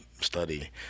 study